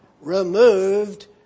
removed